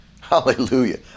Hallelujah